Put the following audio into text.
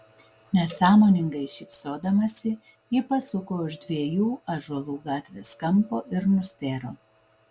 nesąmoningai šypsodamasi ji pasuko už dviejų ąžuolų gatvės kampo ir nustėro